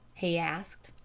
he asked.